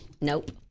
Nope